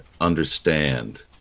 understand